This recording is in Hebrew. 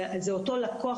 זה אותו לקוח,